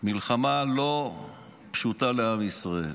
אנחנו נמצאים במלחמה לא פשוטה לעם ישראל.